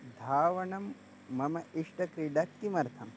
धावनं मम इष्टक्रीडा किमर्थम्